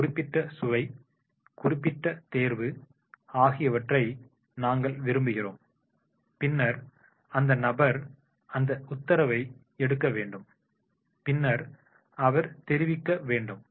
ஒரு குறிப்பிட்ட சுவை குறிப்பிட்ட தேர்வு ஆகியவற்றை நாங்கள் விரும்புகிறோம் பின்னர் அந்த நபர் அந்த உத்தரவை எடுக்க வேண்டும் பின்னர் அவர் தெரிவிக்க வேண்டும்